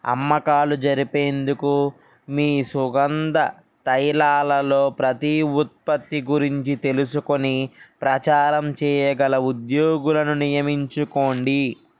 అమ్మకాలు జరిపేందుకు మీ సుగంధ తైలాలలో ప్రతి ఉత్పత్తి గురించి తెలుసుకొని ప్రచారం చేయగల ఉద్యోగులను నియమించుకోండి